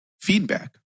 feedback